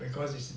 because it's